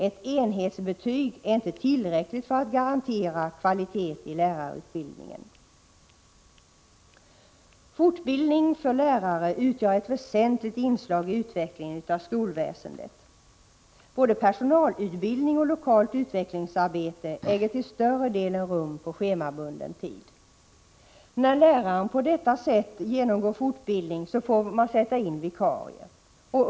Ett enhetsbetyg är inte tillräckligt för att garantera kvalitet i lärarutbildningen. Fortbildning för lärare utgör ett väsentligt inslag i utvecklingen av skolväsendet. Både personalutbildning och lokalt utvecklingsarbete äger till större delen rum på schemabunden tid. När läraren på detta sätt genomgår fortbildning får man sätta in vikarie.